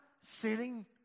sitting